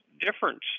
difference